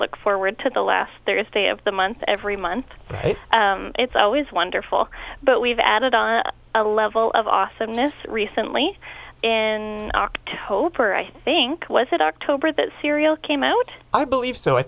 look forward to the last there is a day of the month every and it's always wonderful but we've added on a level of awesomeness recently in october i think was it october that serial came out i believe so i